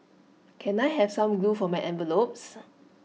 can I have some glue for my envelopes